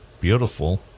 beautiful